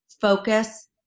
focus